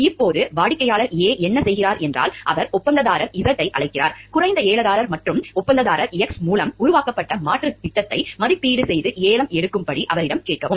இப்போது வாடிக்கையாளர் A என்ன செய்கிறார் என்றால் அவர் ஒப்பந்ததாரர் Zஐ அழைக்கிறார் குறைந்த ஏலதாரர் மற்றும் ஒப்பந்ததாரர் X மூலம் உருவாக்கப்பட்ட மாற்று திட்டத்தை மதிப்பீடு செய்து ஏலம் எடுக்கும்படி அவரிடம் கேட்கவும்